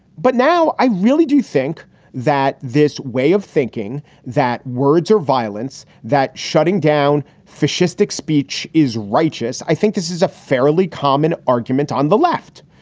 but now i really do think that this way of thinking that words are violence, that shutting down fascistic speech is righteous. i think this is a fairly common argument on the left.